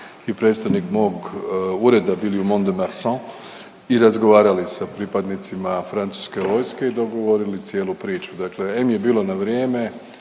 i predstojnik mog ureda bili u Mont-de-Marsan i razgovarali sa pripadnicima francuske vojske i dogovorili cijelu priču. Dakle em je bilo na vrijeme,